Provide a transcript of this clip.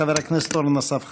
חבר הכנסת אורן אסף חזן.